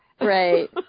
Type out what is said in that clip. Right